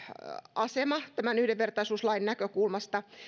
asema tämän yhdenvertaisuuslain näkökulmasta